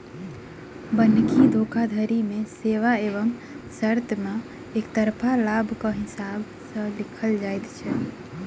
बन्हकी धोखाधड़ी मे सेवा एवं शर्त मे एकतरफा लाभक हिसाब सॅ लिखल जाइत छै